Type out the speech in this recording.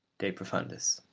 de profundis.